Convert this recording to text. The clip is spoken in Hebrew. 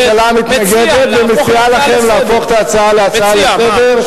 הממשלה מתנגדת ומציעה לכם להפוך את ההצעה להצעה לסדר-היום.